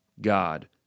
God